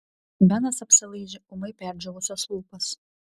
benas apsilaižė ūmai perdžiūvusias lūpas